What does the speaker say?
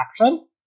action